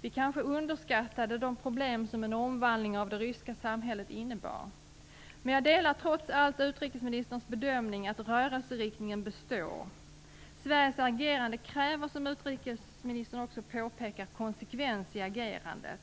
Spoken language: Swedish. Vi kanske underskattade de problem som en omvandling av det ryska samhället innebär. Jag delar trots allt utrikesministerns bedömning att rörelseriktningen består. Sveriges agerande kräver, som utrikesministern också påpekar, konsekvens i agerandet.